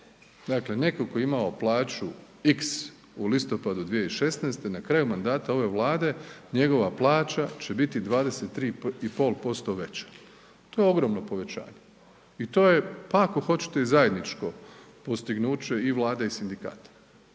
dakle neko ko je imao plaću x u listopadu 2016. na kraju mandata ove Vlade njegova plaća će biti 23,5% veća, to je ogromno povećanje i to je, pa ako hoćete i zajedničko postignuće i Vlade i sindikata,